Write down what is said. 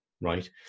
right